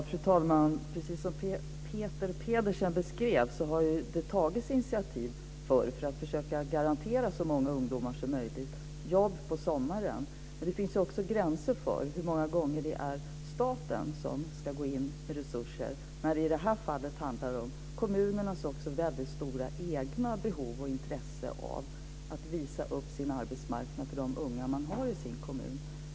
Fru talman! Precis som Peter Pedersen beskrev har det förr tagits initiativ för att försöka grantera så många ungdomar som möjligt jobb på sommaren. Det finns gränser för hur många gånger staten ska gå in med resurser när det, som i detta fall, handlar om kommunernas väldigt stora egna behov och intresse av att visa upp sin arbetsmarknad för de unga man har i sin kommun.